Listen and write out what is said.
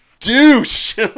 douche